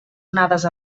onades